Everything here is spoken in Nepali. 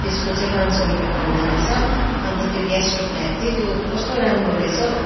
त्यसको चाहिँ पाँच सौ रुपियाँ पाउँदो रहेछ अन्त त्यो ग्यास स्टोभ ल्याएको थिएँ त्यो कस्तो राम्रो रहेछ हौ